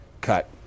Cut